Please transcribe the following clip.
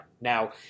Now